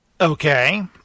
okay